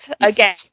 again